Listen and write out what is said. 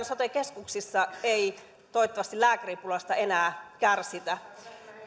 sote keskuksissa ei toivottavasti lääkäripulasta enää kärsitä